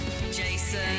Jason